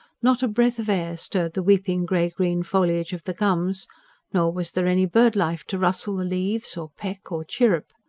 not a breath of air stirred the weeping grey-green foliage of the gums nor was there any bird-life to rustle the leaves, or peck, or chirrup.